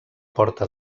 porta